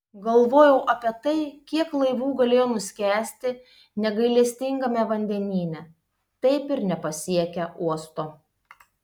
galvojau apie tai kiek laivų galėjo nuskęsti negailestingame vandenyne taip ir nepasiekę uosto